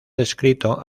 descrito